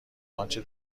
آنچه